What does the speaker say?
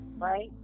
right